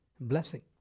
blessing